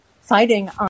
fighting